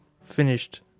Finished